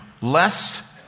Less